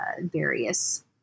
various